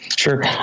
Sure